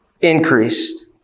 increased